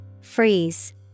Freeze